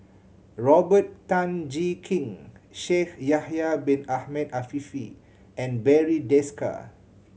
Robert Tan Jee Keng Shaikh Yahya Bin Ahmed Afifi and Barry Desker